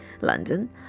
London